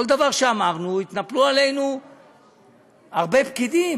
על כל דבר שאמרנו התנפלו עלינו הרבה פקידים.